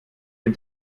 den